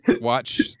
Watch